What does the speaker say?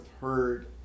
heard